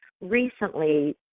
Recently